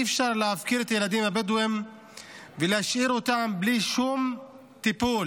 אי-אפשר להפקיר את הילדים הבדואים ולהשאיר אותם בלי שום טיפול.